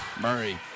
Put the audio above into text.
Murray